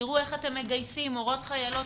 תראו איך אתם מגייסים מורות חיילות,